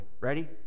Ready